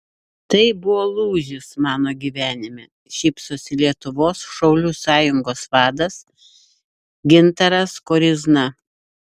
tai buvo lūžis mano gyvenime šypsosi lietuvos šaulių sąjungos vadas gintaras koryzna